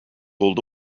oldu